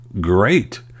Great